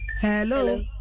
hello